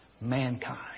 Mankind